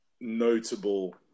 notable